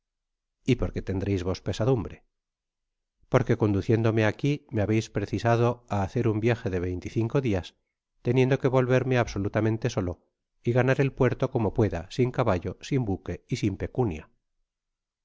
y por qué tendreis vos pesadumbre porque conduciéndome aqui me habeis precisado á hacer un viaje de veinte y cinco dias teniendo que vol yerme absolutamente solo y ganar el puerto como pueda sin caballo sin buque y sin pecunia